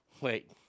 Wait